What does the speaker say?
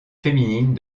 féminine